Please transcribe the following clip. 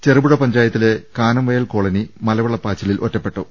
ചെറുപുഴ പഞ്ചായത്തിലെ കാനംവയൽ കോളനി മലവെള്ളപാച്ചിലിൽ ഒറ്റപ്പെട്ടു